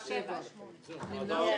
7 נמנעים,